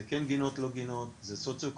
זה כן גינות לא גינות, זה סוציואקונומי,